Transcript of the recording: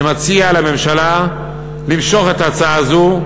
אני מציע לממשלה למשוך את ההצעה הזו.